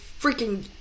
freaking